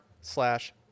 slash